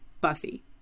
Buffy